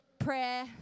prayer